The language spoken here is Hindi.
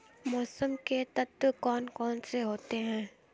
मौसम के तत्व कौन कौन से होते हैं?